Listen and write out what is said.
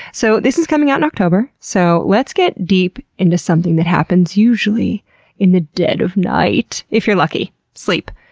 so this is coming out in october, so let's get deep into something that happens usually in the dead of night, if you're lucky sleep.